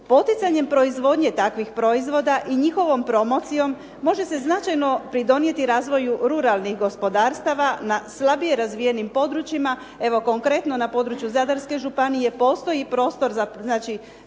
Poticanjem proizvodnje takvih proizvoda i njihovom promocijom može se značajno pridonijeti razvoju ruralnih gospodarstava na slabije razvijenim područjima, evo konkretno na području Zadarske županije postoji prostor znači